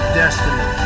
destiny